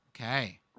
Okay